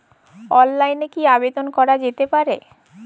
অফলাইনে কি আবেদন করা যেতে পারে?